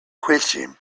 questions